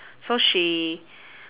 so she